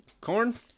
Corn